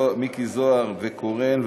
מיקי זוהר וקורן,